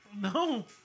No